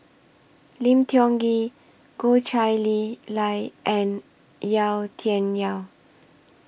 Lim Tiong Ghee Goh Chiew Lye and Yau Tian Yau